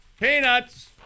peanuts